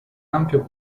ampio